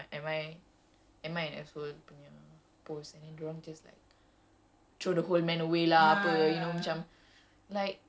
ya I see that a lot on twitter also macam they will like err retweet those those um am I am I am I an asshole punya post